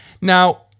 Now